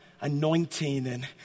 anointing